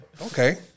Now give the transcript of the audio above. Okay